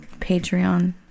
patreon